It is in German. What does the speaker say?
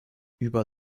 über